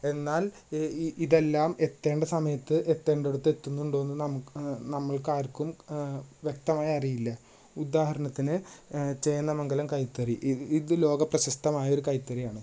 എന്നാൽ ഇ ഇ ഇതെല്ലാം എത്തേണ്ട സമയത്ത് എത്തേണ്ടടത്ത് എത്തുന്നുണ്ടോന്ന് നമുക്ക് നമ്മൾക്കാർക്കും വ്യക്തമായി അറിയില്ല ഉദാഹരണത്തിന് ചേന്ദമംഗലം കൈത്തറി ഇ ഇത് ലോകപ്രശസ്തമായൊരു കൈത്തറിയാണ്